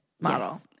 model